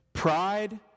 Pride